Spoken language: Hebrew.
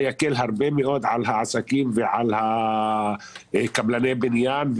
זה יקל מאוד על העסקים ועל קבלני הבניין,